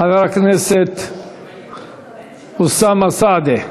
אחריו, חבר הכנסת אוסאמה סעדי.